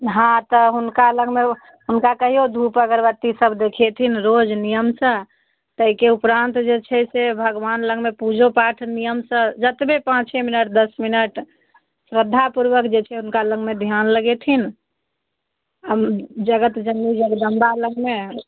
हाँ तऽ हुनका लगमे हुनका कहियौ धूप अगरबत्ती सब देखेथिन रोज नियमसँ एहिके उपरान्त जे छै से भगवान लगमे पूजोपाठ नियमसँ जतबे पाँचे मिनट दश मिनट श्रद्धापूर्वक जे छै हुनका लगमे ध्यान लगेथिन हम जगत जननी जगदम्बा लगमे आएब